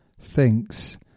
thinks